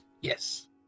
Yes